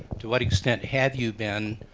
to what extent have you been,